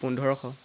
পোন্ধৰশ